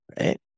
right